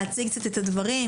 להציג את הדברים,